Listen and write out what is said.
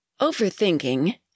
Overthinking